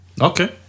Okay